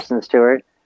stewart